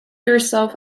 yourself